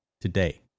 today